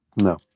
No